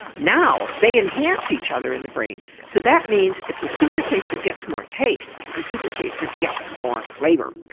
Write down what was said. now they enhance each other in the brain so that means if the supertaster gets more taste, the supertaster gets more flavour.